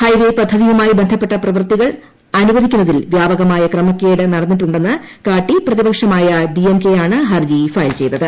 highway പദ്ധതിയുമായി ബന്ധപ്പെട്ട പ്രവൃത്തികൾ അനുവദിക്കുന്നതിൽ വ്യാപകമായ ക്രമക്കേട് നടന്നിട്ടുണ്ടെന്ന് കാട്ടി പ്രതിപക്ഷമായ ഡിഎംകെയാണ് ഹർജി ഫയൽ ചെയ്തത്